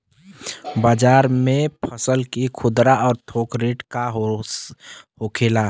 बाजार में फसल के खुदरा और थोक रेट का होखेला?